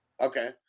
Okay